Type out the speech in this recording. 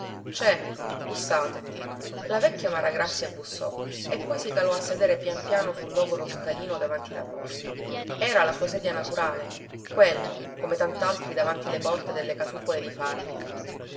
è bussate la vecchia maragrazia bussò e poi si calò a sedere pian piano sul logoro scalino davanti la porta era la sua sedia naturale quello come tantaltri davanti le porte delle casupole di farnia